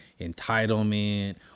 entitlement